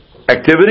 activity